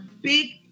big